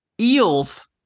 eels